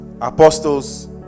apostles